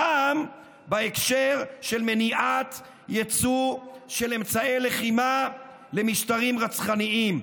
הפעם בהקשר של מניעת יצוא של אמצעי לחימה למשטרים רצחניים.